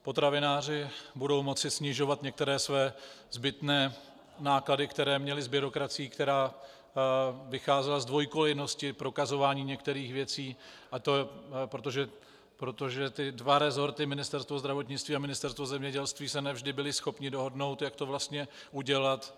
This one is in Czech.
Potravináři budou moci snižovat některé své zbytné náklady, které měli s byrokracií, která vycházela z dvojkolejnosti prokazování některých věcí, protože ty dva resorty, Ministerstvo zdravotnictví a Ministerstvo zemědělství, se ne vždy byly schopny dohodnout, jak to vlastně udělat.